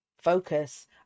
Focus